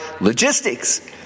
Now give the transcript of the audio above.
logistics